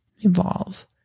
Evolve